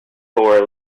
gore